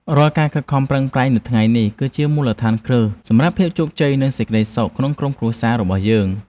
រាល់ការខិតខំប្រឹងប្រែងនៅថ្ងៃនេះ គឺជាមូលដ្ឋានគ្រឹះសម្រាប់ភាពជោគជ័យនិងសេចក្តីសុខក្នុងក្រុមគ្រួសាររបស់យើង។